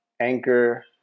Anchor